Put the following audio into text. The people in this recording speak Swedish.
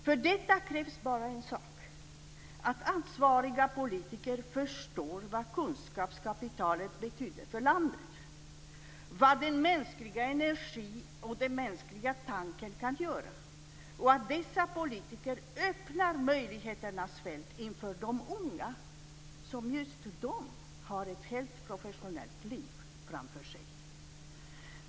För detta krävs bara en sak: att ansvariga politiker förstår vad kunskapskapitalet betyder för landet, vad den mänskliga energin och den mänskliga tanken kan göra och att dessa politiker öppnar möjligheternas fält inför de unga som har ett helt professionellt liv framför sig.